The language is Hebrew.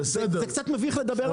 זה קצת מביך לדבר על זה.